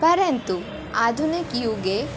परन्तु आधुनिकयुगे